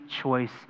choice